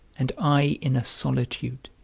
and i in a solitude